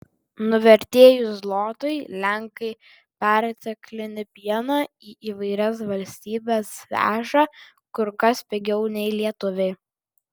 nuvertėjus zlotui lenkai perteklinį pieną į įvairias valstybes veža kur kas pigiau nei lietuviai